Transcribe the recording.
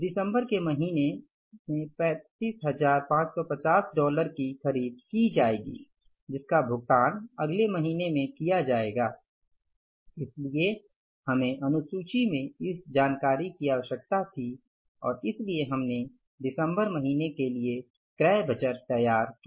दिसंबर के महीने 35550 डॉलर की खरीद की जाएगी जिसका भुगतान अगले महीने में किया जाएगा इसलिए हमें अनुशुची में इस जानकारी की आवश्यकता थी और इसलिए हमने दिसंबर महीने के लिए क्रय बजट तैयार किया